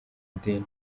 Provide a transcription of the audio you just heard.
idini